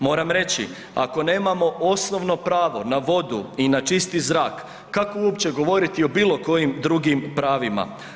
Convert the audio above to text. Moram reći, ako nemamo osnovno pravo na vodu i na čisti zrak kako uopće govoriti o bilo kojim drugim pravima?